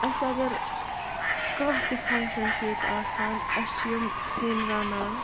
اَسہِ اگر کانٛہہ تہِ فنٛگشَن چھِ ییٚتہِ آسان أسۍ چھِ یِم سِنۍ رَنان